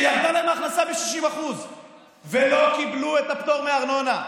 שירדה להם ההכנסה ב-60% ולא קיבלו את הפטור מארנונה: